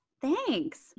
Thanks